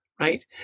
right